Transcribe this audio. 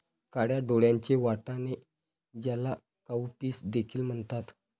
काळ्या डोळ्यांचे वाटाणे, ज्याला काउपीस देखील म्हणतात